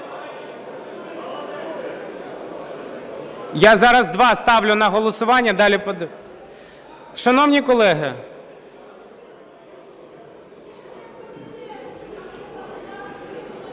Я зараз два ставлю на голосування, а далі… Шановні колеги…